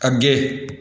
ਅੱਗੇ